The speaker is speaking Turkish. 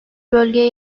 bölgeye